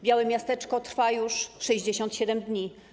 Białe miasteczko działa już 67 dni.